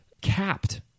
capped